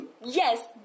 yes